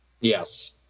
Yes